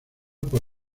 por